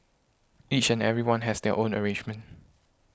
each and everyone has their own arrangement